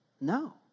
No